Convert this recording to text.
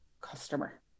customer